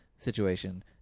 Situation